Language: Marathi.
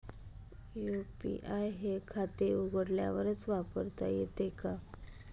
यू.पी.आय हे खाते उघडल्यावरच वापरता येते का?